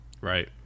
Right